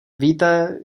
víte